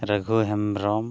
Raghu Hembrom